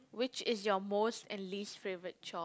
which is your most and least favourite chore